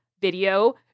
video